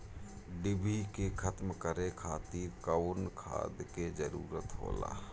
डिभी के खत्म करे खातीर कउन खाद के जरूरत होला?